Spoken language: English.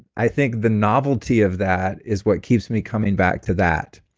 i think the novelty of that is what keeps me coming back to that,